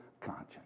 conscience